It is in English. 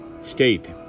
state